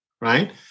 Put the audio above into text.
right